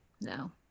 No